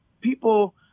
people